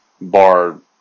bar